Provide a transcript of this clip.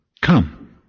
Come